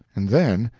and then,